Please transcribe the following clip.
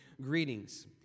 greetings